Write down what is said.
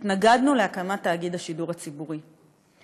התנגדנו להקמת תאגיד השידור הציבורי.